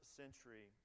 century